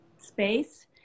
space